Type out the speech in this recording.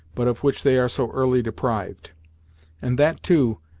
but of which they are so early deprived and that, too,